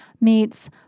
meets